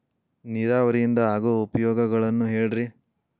ನೇರಾವರಿಯಿಂದ ಆಗೋ ಉಪಯೋಗಗಳನ್ನು ಹೇಳ್ರಿ